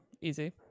easy